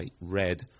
red